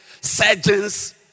Surgeons